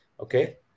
Okay